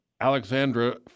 Alexandra